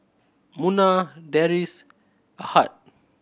Munah Deris Ahad